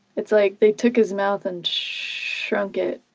it's like they took his mouth and shrunk it,